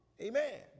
Amen